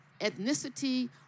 ethnicity